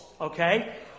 okay